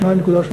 2.8,